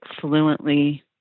fluently